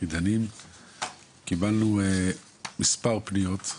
קיבלנו מספר פניות,